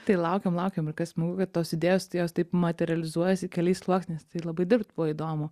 tai laukiam laukiam ir kas smagu kad tos idėjos tai jos taip materializuojasi keliais sluoksniais tai labai dirbt buvo įdomu